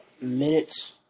minutes